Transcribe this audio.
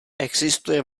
existuje